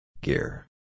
Gear